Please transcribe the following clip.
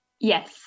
Yes